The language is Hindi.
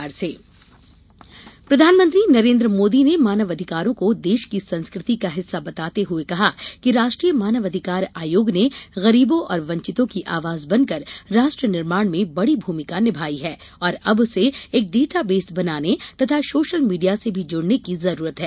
प्रधानमंत्री प्रधानमंत्री नरेन्द्र मोदी ने मानवाधिकारों को देश की संस्कृति का हिस्सा बताते हुए कहा कि राष्ट्रीय मानवाधिकार आयोग ने गरीबों और वंचितों की आवाज बनकर राष्ट्र निर्माण में बड़ी भूमिका निभायी है और अब उसे एक डेटा बेस बनाने तथा सोशल मीडिया से भी जुड़ने की भी जरूरत है